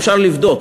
אפשר לבדוק,